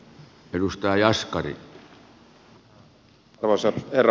arvoisa herra puhemies